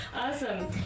Awesome